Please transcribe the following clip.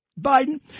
Biden